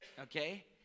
Okay